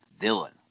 villain